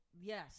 Yes